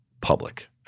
public